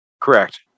Correct